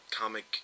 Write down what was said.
comic